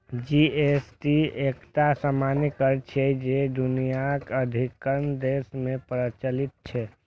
GST एकटा सामान्य कर छियै, जे दुनियाक अधिकांश देश मे प्रचलित छै